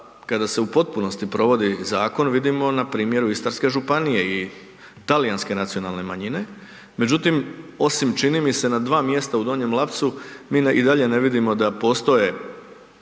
kada se u potpunosti provodi zakon, vidimo na primjeru Istarske županije i talijanske nacionalne manjine. Međutim, osim, čini mi se, na dva mjesta u Donjem Lapcu mi i dalje ne vidimo da postoje